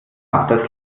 das